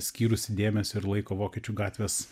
skyrusi dėmesio ir laiko vokiečių gatvės